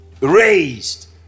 raised